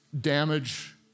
damage